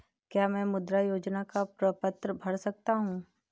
क्या मैं मुद्रा योजना का प्रपत्र भर सकता हूँ?